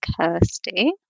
Kirsty